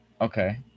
Okay